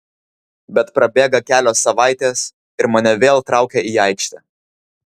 bet prabėga kelios savaitės ir mane vėl traukia į aikštę